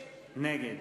נגד